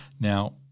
Now